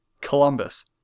Columbus